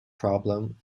problem